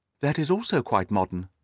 that is also quite modern,